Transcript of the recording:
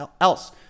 else